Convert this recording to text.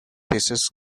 thesis